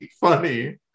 funny